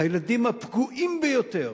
הילדים הפגועים ביותר,